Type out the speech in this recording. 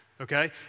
okay